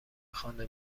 خانه